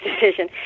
decision